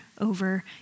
over